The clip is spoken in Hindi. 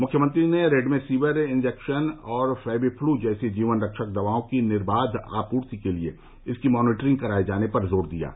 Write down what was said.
मुख्यमंत्री ने रेमडेसिविर इंजेक्शन और फैबीफ्लू जैसी जीवन रक्षक दवाओं की निर्बाध आपूर्ति के लिये इसकी मॉनीटरिंग कराये जाने पर जोर दिया है